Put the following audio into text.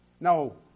No